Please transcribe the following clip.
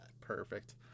perfect